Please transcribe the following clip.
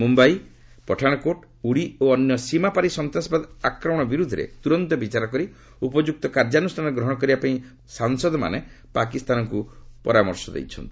ମୁମ୍ଭଇ ପଠାଣକୋଟ ଉଡି ଓ ଅନ୍ୟ ସୀମାପାରି ସନ୍ତାସବାଦ ଆକ୍ରମଣ ବିରୁଦ୍ଧରେ ତୁରନ୍ତ ବିଚାର କରି ଉପଯୁକ୍ତ କାର୍ଯ୍ୟାନୁଷ୍ଠାନ ଗ୍ରହଣ କରିବା ପାଇଁ ସାଂସଦମାନେ ପାକିସ୍ତାନକୁ ପରାମର୍ଶ ଦେଇଛନ୍ତି